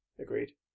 Agreed